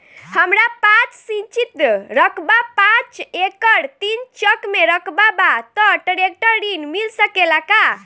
हमरा पास सिंचित रकबा पांच एकड़ तीन चक में रकबा बा त ट्रेक्टर ऋण मिल सकेला का?